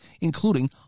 including